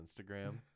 instagram